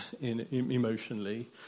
emotionally